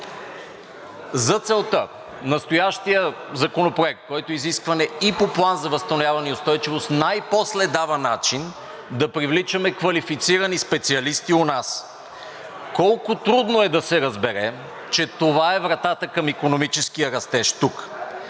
За целта настоящият законопроект, който е изискване и по Плана за възстановяване и устойчивост, най-после дава начин да привличаме квалифицирани специалисти у нас. Колко трудно е да се разбере, че това е вратата към икономическия растеж тук?